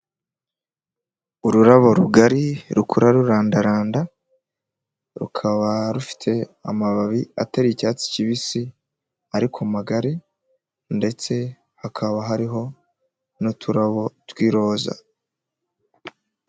Ururabo rugari rukura rurandaranda, rukaba rufite amababi atari icyatsi kibisi ariko magari ndetse hakaba hariho n'uturabo tw'iroza.